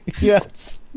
Yes